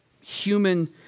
human